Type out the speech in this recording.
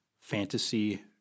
fantasy